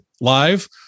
live